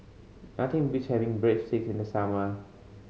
nothing beats having Breadsticks in the summer